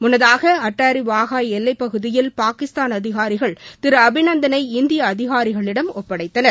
முன்னதாக அட்டாரி வாகா எல்லைப் பகுதியில் பாகிஸ்தான் அதிகாரிகள் திரு அபிநந்தனை இந்திய அதிகாரிகளிடம் ஒப்படைத்தனர்